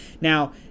now